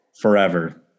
Forever